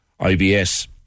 IBS